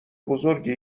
بزرگی